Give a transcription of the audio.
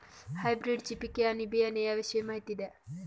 हायब्रिडची पिके आणि बियाणे याविषयी माहिती द्या